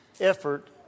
effort